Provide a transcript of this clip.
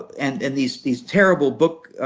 and and these these terrible book